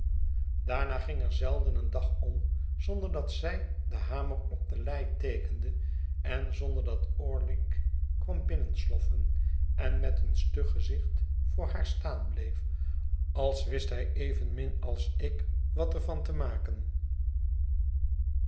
daarna ging er zeiden een dag om zonder dat zij den hamer op de lei teekende en zonder dat orlick kwam binnensloffen en met een stug gezicht voor haar staan bleef als wist hij evenmin als ik wat er van te maken